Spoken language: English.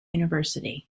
university